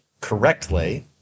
correctly